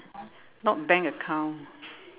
not bank account